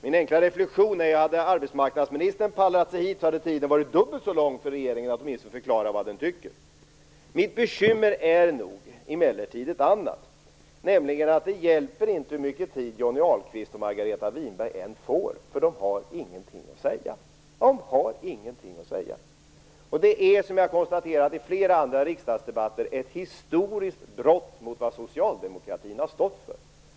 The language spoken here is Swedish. Min enkla reflexion är att hade arbetsmarknadsministern pallrat sig hit så hade tiden varit dubbel så lång för regeringen att åtminstone förklara vad den tycker. Mitt bekymmer är emellertid ett annat. Det hjälper inte hur mycket tid Johnny Ahlqvist och Margareta Winberg än får - de har ingenting att säga. Det är som jag har konstaterat i flera andra riksdagsdebatter ett historiskt brott mot vad socialdemokratin har stått för.